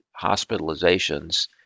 hospitalizations